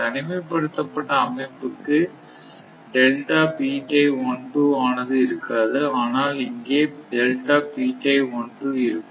தனிமைப்படுத்தப்பட்ட அமைப்புக்கு ஆனது இருக்காது ஆனால் இங்கே இருக்கும்